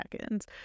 seconds